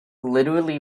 literally